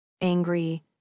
Angry